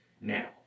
now